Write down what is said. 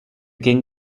king